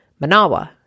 Manawa